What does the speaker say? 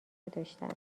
نداشتند